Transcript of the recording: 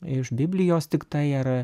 iš biblijos tiktai ar